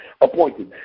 appointed